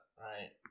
right